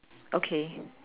okay